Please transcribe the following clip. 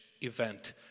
event